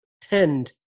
tend